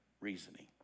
reasoning